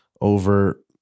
over